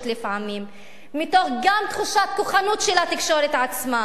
וגם מתוך תחושת כוחנות של התקשורת עצמה,